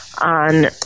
on